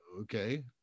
Okay